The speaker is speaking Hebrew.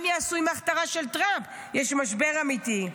יש משבר אמיתי.